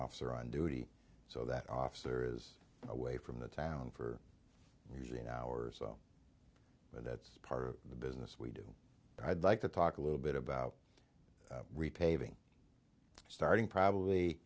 officer on duty so that officer is away from the town for usually an hour or so and that's part of the business we do i'd like to talk a little bit about repaving starting probably